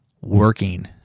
working